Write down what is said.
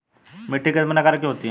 मिट्टी कितने प्रकार की होती हैं?